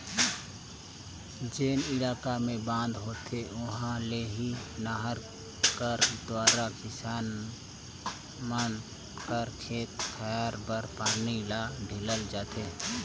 जेन इलाका मे बांध होथे उहा ले ही नहर कर दुवारा किसान मन कर खेत खाएर बर पानी ल ढीलल जाथे